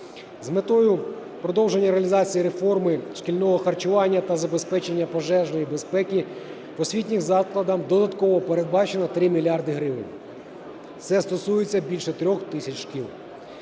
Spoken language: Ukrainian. З метою продовження реалізації реформи шкільного харчування та забезпечення пожежної безпеки освітнім закладам додатково передбачено 3 мільярди гривень. Це стосується більше 3 тисяч шкіл.